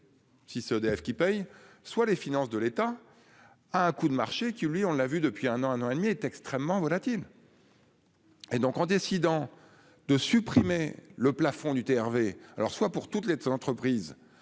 Six EDF qui paye, soit les finances de l'État. A un coût de marché qui, lui, on l'a vu, depuis un an, un an et demi est extrêmement volatile. Et donc en décidant. De supprimer le plafond du TRV alors soit pour toutes les entreprises